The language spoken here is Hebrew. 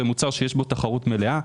זה מוצר שיש בו תחרות מלאה.